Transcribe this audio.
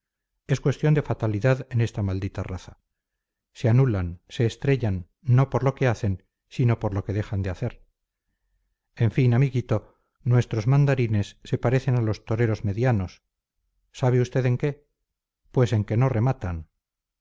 es cuestión de fatalidad en esta maldita raza se anulan se estrellan no por lo que hacen sino por lo que dejan de hacer en fin amiguito nuestros mandarines se parecen a los toreros medianos sabe usted en qué pues en que no rematan